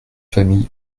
famille